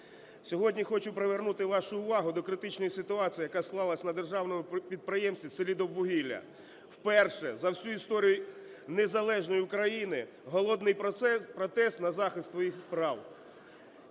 Сьогодні хочу привернути вашу увагу до критичної ситуації, яка склалась на державному підприємстві "Селидіввугілля". Вперше за всю історію незалежної України голодний протест на захист своїх прав